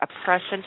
oppression